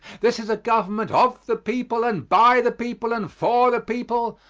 this is a government of the people, and by the people, and for the people,